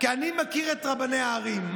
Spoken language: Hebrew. אני מכיר את רבני הערים,